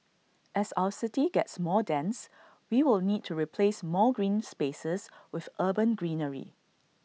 as our city gets more dense we will need to replace more green spaces with urban greenery